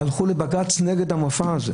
הלכו לבג"ץ נגד המופע הזה,